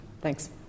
Thanks